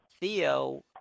Theo